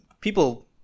people